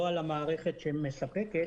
לא על המערכת שמספקת,